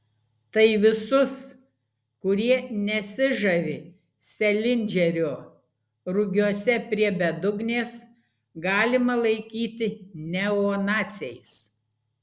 tai visus kurie nesižavi selindžerio rugiuose prie bedugnės galima laikyti neonaciais